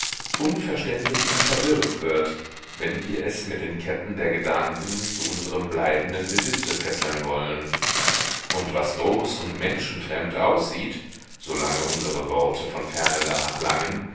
unverständlich und verwirrt wird wenn wir es mit den ketten der gedanken zu unserem bleibenden besitze fesseln wollen und was groß und menschenfremd aussieht solange unsere worte von ferne danach langen